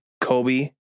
Kobe